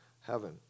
heaven